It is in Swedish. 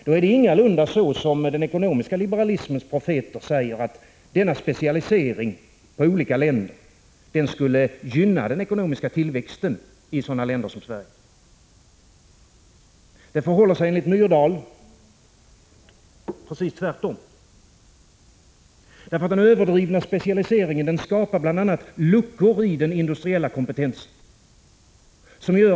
Då är det ingalunda så, som den ekonomiska liberalismens profeter säger, att denna specialisering skulle gynna den ekonomiska tillväxten i sådana länder som Sverige. Det förhåller sig enligt Myrdal precis tvärtom. Den överdrivna specialiseringen skapar bl.a. luckor i den industriella kompetensen.